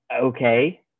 okay